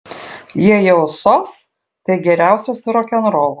jei jau sos tai geriausia su rokenrolu